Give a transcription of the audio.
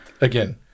Again